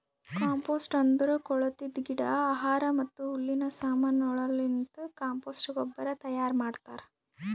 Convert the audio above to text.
compost ಅಂದುರ್ ಕೊಳತಿದ್ ಗಿಡ, ಆಹಾರ ಮತ್ತ ಹುಲ್ಲಿನ ಸಮಾನಗೊಳಲಿಂತ್ ಕಾಂಪೋಸ್ಟ್ ಗೊಬ್ಬರ ತೈಯಾರ್ ಮಾಡ್ತಾರ್